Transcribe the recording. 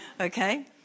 Okay